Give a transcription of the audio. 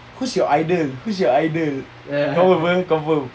who's your idol who's your idol don't remember confirm